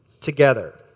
together